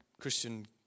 Christian